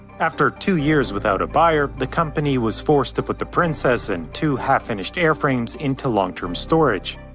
after two years without a buyer, the company was forced to put the princess and two half-finished airframes into long term storage.